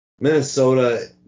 Minnesota